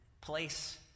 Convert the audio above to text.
place